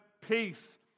peace